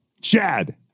Chad